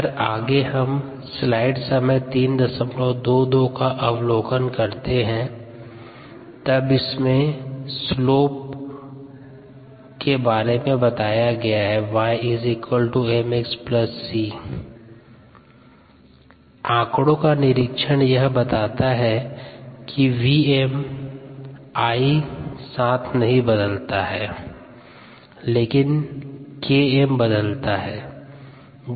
संदर्भ स्लाइड समय 0322 आंकड़ो का निरिक्षण यह बताता है कि Vm I साथ नहीं बदलता है लेकिन Km बदलता है